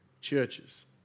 churches